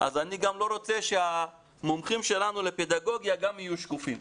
אז אני גם לא רוצה שהמומחים שלנו לפדגוגיה גם יהיו שקופים.